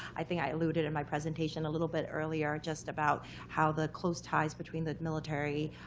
i think i alluded in my presentation a little bit earlier just about how the close ties between the military